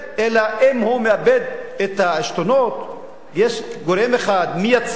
ואם הוא מאבד את העשתונות יש גורם אחד מייצב,